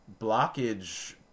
blockage